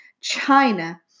China